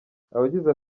abagize